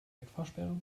wegfahrsperre